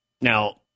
Now